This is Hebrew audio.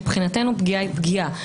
מבחינתנו פגיעה היא פגיעה.